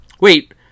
wait